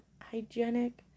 hygienic